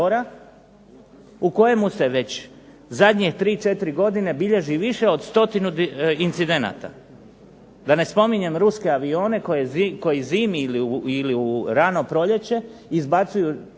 u kojemu se već zadnje 3, 4 godine bilježi više od stotinu incidenata, da ne spominjem ruske avione koji zimi ili u rano proljeće izbacuju